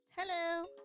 Hello